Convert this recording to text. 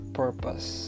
purpose